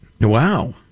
Wow